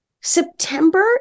September